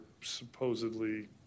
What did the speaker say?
supposedly